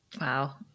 Wow